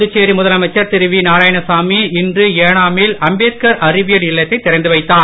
புதுச்சேரி முதலமைச்சர் திரு வி நாராயணசாமி இன்று ஏனாமில் அம்பேத்கார் அறிவியல் இல்லத்தை திறந்து வைத்தார்